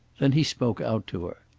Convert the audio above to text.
then he spoke out to her.